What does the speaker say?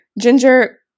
Ginger